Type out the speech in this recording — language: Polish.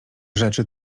rzeczy